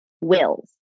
wills